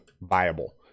viable